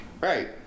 right